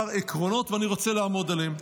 כמה עקרונות, ואני רוצה לעמוד עליהם.